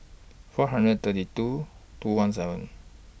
four hundred thirty two two hundred seven